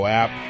app